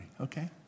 okay